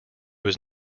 was